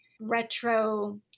retro